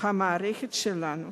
המערכת שלנו.